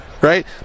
right